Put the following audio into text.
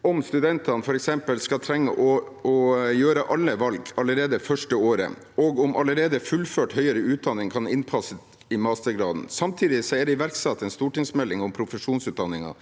trenge å gjøre alle valg allerede det første året, og om allerede fullført høyere utdanning kan innpasses i mastergraden. Samtidig er det iverksatt en stortingsmelding om profesjonsutdanningene.